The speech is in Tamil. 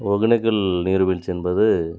ஒகேனக்கல் நீர்வீழ்ச்சி என்பது